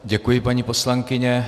Děkuji, paní poslankyně.